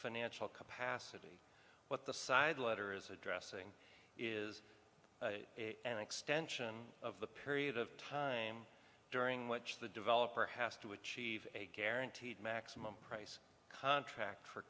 financial capacity what the side letter is addressing is an extension of the period of time during which the developer has to achieve a guaranteed maximum price contract for